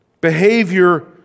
Behavior